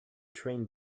train